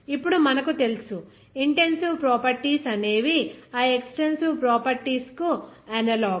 ఇప్పుడుమనకు తెలుసు intensive properties అనేవి ఆ ఎక్సటెన్సివ్ ప్రాపర్టీస్ కు అనాలో గ్స్